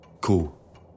Cool